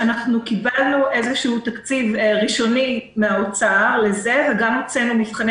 שאנחנו קיבלנו לזה תקציב ראשוני מן האוצר וגם הוצאנו מבחני